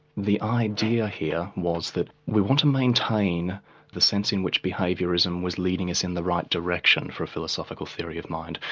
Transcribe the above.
the idea here was that we want to maintain the sense in which behaviourism was leading us in the right direction for a philosophical theory of mind.